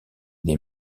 des